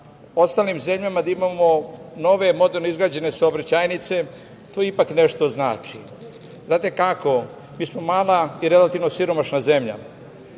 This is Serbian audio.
ostalim zemljama, da imamo nove, moderno izgrađene saobraćajnice. To ipak nešto znači. Mi smo mala i relativno siromašna zemlja.